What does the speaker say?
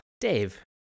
Dave